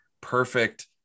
perfect